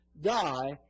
die